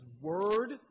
word